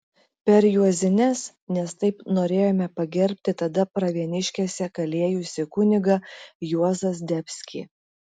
per juozines nes taip norėjome pagerbti tada pravieniškėse kalėjusi kunigą juozą zdebskį